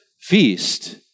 feast